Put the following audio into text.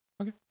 Okay